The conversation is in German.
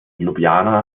ljubljana